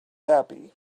happy